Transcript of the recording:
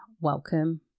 welcome